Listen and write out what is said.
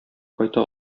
кайта